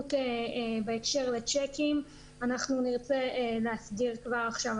לניידות בהקשר לצ'קים נרצה להסדיר כבר עכשיו.